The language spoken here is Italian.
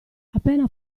appena